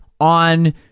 on